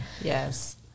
Yes